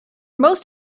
most